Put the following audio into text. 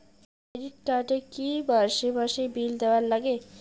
Credit card এ কি মাসে মাসে বিল দেওয়ার লাগে?